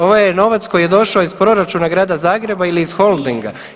Ovo je novac koji je došao iz proračuna grada Zagreba ili iz Holdinga.